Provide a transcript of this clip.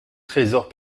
tresors